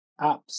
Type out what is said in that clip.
apps